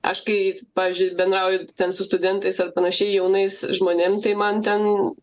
aš kai pavyzdžiui bendrauju ten su studentais ar panašiai jaunais žmonėm tai man ten